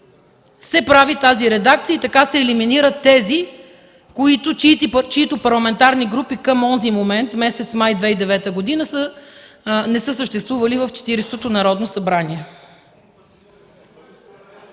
се прави тази редакция и така се елиминират тези, чиито парламентарни групи към онзи момент – месец май 2009 г., не са съществували в Четиридесетото Народно събрание.